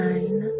Nine